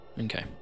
Okay